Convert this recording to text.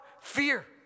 fear